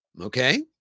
Okay